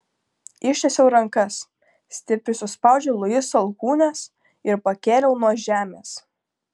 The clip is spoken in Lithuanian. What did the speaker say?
ištiesiau rankas stipriai suspaudžiau luiso alkūnes ir pakėliau nuo žemės